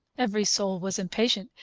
every soul was impatient,